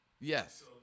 Yes